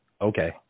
Okay